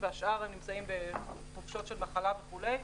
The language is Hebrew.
והשאר נמצאים בחופשות מחלה וכו'.